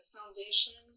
Foundation